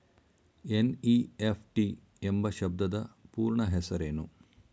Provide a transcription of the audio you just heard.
NEFT ಎಂಬ ಶಬ್ದದ ಪೂರ್ಣ ಹೆಸರೇನು?